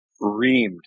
reamed